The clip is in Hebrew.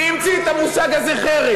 אני אגיד לך, אדוני החרים.